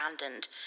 abandoned